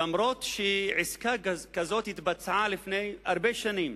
אף-על-פי שעסקה כזאת התבצעה לפני הרבה שנים